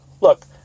look